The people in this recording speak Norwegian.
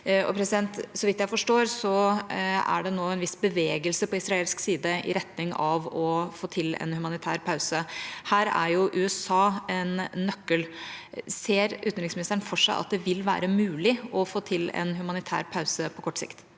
Så vidt jeg forstår, er det nå en viss bevegelse på israelsk side i retning av å få til en humanitær pause. Her er USA en nøkkel. Ser utenriksministeren for seg at det vil være mulig å få til en humanitær pause på kort sikt?